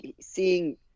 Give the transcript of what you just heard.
seeing